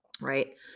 Right